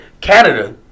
Canada